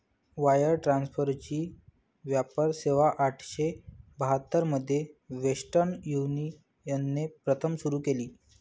wire ट्रान्सफरची व्यापक सेवाआठराशे बहात्तर मध्ये वेस्टर्न युनियनने प्रथम सुरू केली